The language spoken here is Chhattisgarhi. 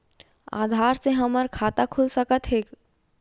आधार से हमर खाता खुल सकत हे?